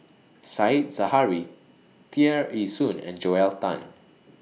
Said Zahari Tear Ee Soon and Joel Tan